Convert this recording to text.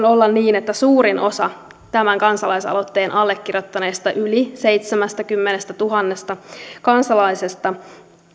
olla niin että suurin osa tämän kansalaisaloitteen allekirjoittaneista yli seitsemästäkymmenestätuhannesta kansalaisesta